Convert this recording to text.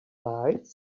lies